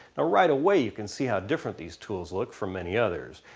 ah right away you can see how different these tools look from many other,